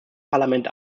parlament